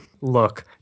look